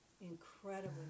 incredibly